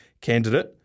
candidate